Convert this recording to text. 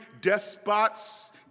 despots